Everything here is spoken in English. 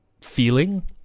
feeling